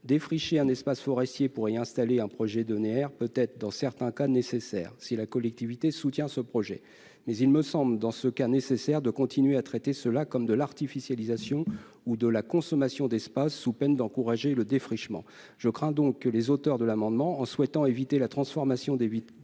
Défricher un espace forestier pour y installer un projet d'EnR peut être, dans certains cas, nécessaire, si la collectivité soutient ce projet. Mais il me semble alors indispensable de considérer ces aménagements comme de l'artificialisation ou de la consommation d'espaces, sous peine d'encourager le défrichement. Je crains donc que les auteurs de l'amendement, en souhaitant éviter la transformation d'espaces